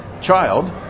child